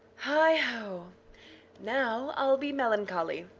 heigho! now i'll be melancholy,